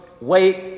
wait